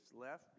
left